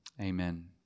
amen